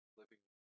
living